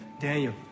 Daniel